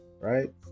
Right